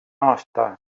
aasta